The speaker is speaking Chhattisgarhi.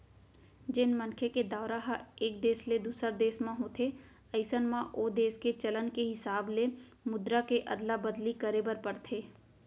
जेन मनखे के दौरा ह एक देस ले दूसर देस म होथे अइसन म ओ देस के चलन के हिसाब ले मुद्रा के अदला बदली करे बर परथे